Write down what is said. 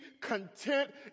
content